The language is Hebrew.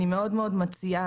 אני מאוד מאוד מציעה,